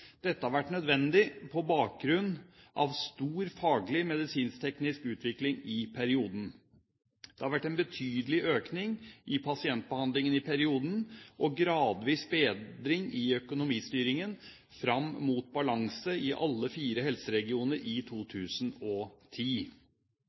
Dette har vært nødvendig på bakgrunn av stor faglig medisinsk-teknisk utvikling i perioden. Det har vært en betydelig økning i pasientbehandlingen i perioden og gradvis bedring i økonomistyringen fram mot balanse i alle fire helseregioner i